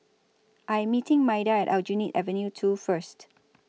I Am meeting Maida At Aljunied Avenue two First